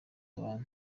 abantu